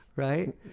Right